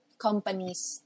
companies